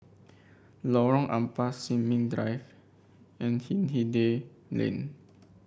Lorong Ampas Sin Ming Drive and Hindhede Lane